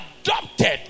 adopted